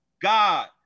God